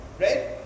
right